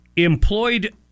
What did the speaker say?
employed